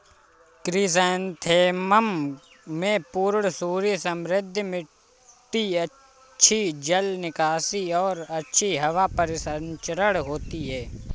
chrysanthemum में पूर्ण सूर्य समृद्ध मिट्टी अच्छी जल निकासी और अच्छी हवा परिसंचरण होती है